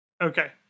Okay